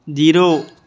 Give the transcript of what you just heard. zero